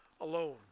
alone